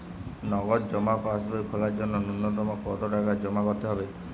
নগদ জমা পাসবই খোলার জন্য নূন্যতম কতো টাকা জমা করতে হবে?